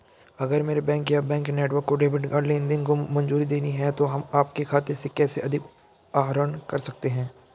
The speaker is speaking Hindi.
अगर मेरे बैंक या बैंक नेटवर्क को डेबिट कार्ड लेनदेन को मंजूरी देनी है तो हम आपके खाते से कैसे अधिक आहरण कर सकते हैं?